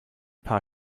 paar